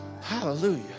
Hallelujah